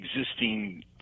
existing